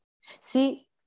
See